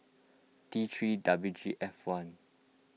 T three W G F one